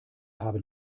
haben